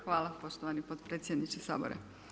Hvala poštovani potpredsjedniče Sabora.